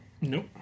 Nope